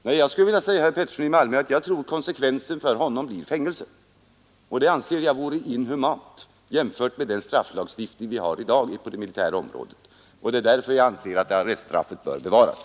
Nej, herr Alf Pettersson, jag tror att konsekvensen för honom blir fängelse, och det anser jag är inhumant jämfört med den strafflagstiftning vi har i dag på det militära området. Därför anser jag att arreststraffet bör bevaras.